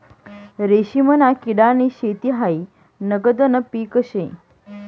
रेशीमना किडानी शेती हायी नगदनं पीक शे